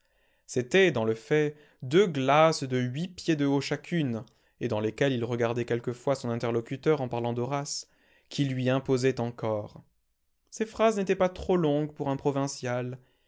c'était dans le fait deux glaces de huit pieds de haut chacune et dans lesquelles il regardait quelquefois son interlocuteur en parlant d'horace qui lui imposaient encore ses phrases n'étaient pas trop longues pour un provincial